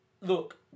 Look